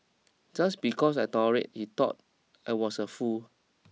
just because I tolerated he thought I was a fool